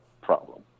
problem